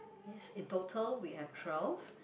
yes in total we have twelve